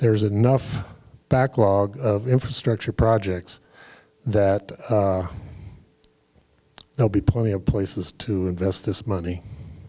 there's enough backlog of infrastructure projects that they'll be plenty of places to invest this money